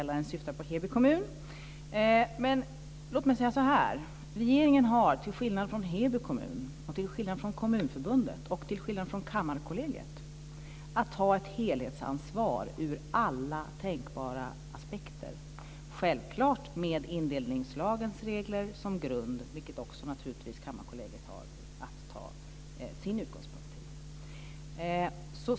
Jag antar att frågeställaren syftar på Regeringen har, till skillnad från Heby kommun, till skillnad från Kommunförbundet, och till skillnad från Kammarkollegiet, att ta ett helhetsansvar ur alla tänkbara aspekter - självklart med indelningslagens regler som grund, vilket också naturligtvis Kammarkollegiet har att ta sin utgångspunkt i.